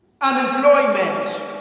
unemployment